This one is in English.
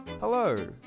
Hello